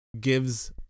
gives